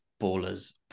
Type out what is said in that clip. Ballers